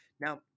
Now